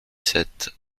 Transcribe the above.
sept